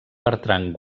bertran